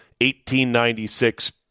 1896